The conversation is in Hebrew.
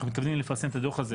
אנחנו מתכוונים לפרסם את הדוח הזה